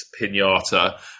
pinata